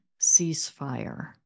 ceasefire